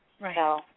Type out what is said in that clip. Right